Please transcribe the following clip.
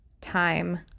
time